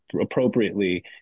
appropriately